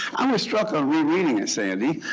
i was struck on rereading it, sandy,